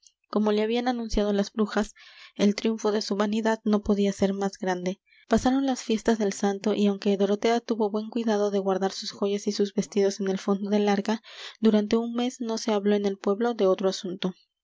como le habían anunciado las brujas el triunfo de su vanidad no podía ser más grande pasaron las fiestas del santo y aunque dorotea tuvo buen cuidado de guardar sus joyas y sus vestidos en el fondo del arca durante un mes no se habló en el pueblo de otro asunto